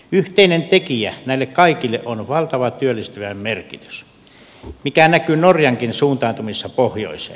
yhteinen tekijä näille kaikille on valtava työllistävä merkitys mikä näkyy norjankin suuntautumisessa pohjoiseen